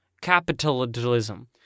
capitalism